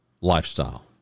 lifestyle